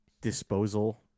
disposal